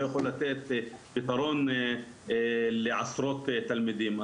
לא יכול לתת פתרון לעשרות תלמידים.